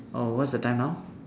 oh what's the time now